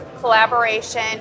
collaboration